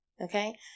Okay